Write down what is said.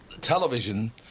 television